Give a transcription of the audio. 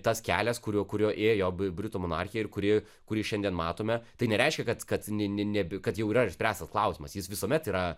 tas kelias kuriuo kuriuo ėjo britų monarchija ir kuri kuri šiandien matome tai nereiškia kad kad ne nebe kad jau yra išspręstas klausimas jis visuomet yra